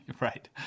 Right